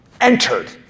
entered